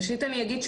ראשית אני אגיד,